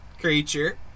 creature